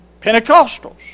Pentecostals